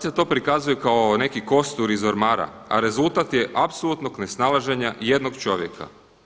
Sad se to prikazuje kao neki kostur iz ormara, a rezultat je apsolutnog nesnalaženja jednog čovjeka.